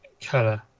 color